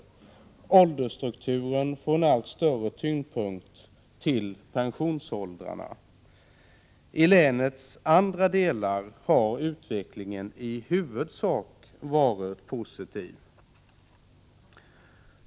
När det gäller åldersstrukturen läggs tyngdpunkten i allt större utsträckning på pensionsåldrarna. — I länets andra delar har utvecklingen i huvudsak varit positiv.